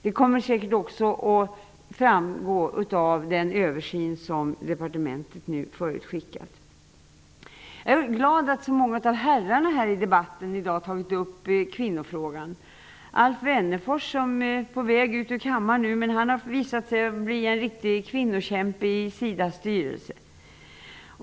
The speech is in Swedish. Det kommer säkert också att framgå av den översyn som departementetet nu förutskickat. Jag är glad över att så många av herrarna i debatten här i dag har tagit upp kvinnofrågan. Alf Wennerfors, som nu är på väg att gå ut ur kammaren, har visat sig ha blivit en riktig kvinnokämpe i SIDA:s styrelse.